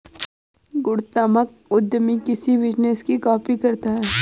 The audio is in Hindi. गुणात्मक उद्यमी किसी बिजनेस की कॉपी करता है